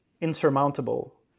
insurmountable